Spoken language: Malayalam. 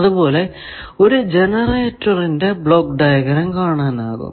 അതുപോലെ ഒരു ജനറേറ്ററിന്റെ ബ്ലോക്ക് ഡയഗ്രം കാണാനാകും